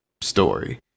story